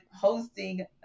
hosting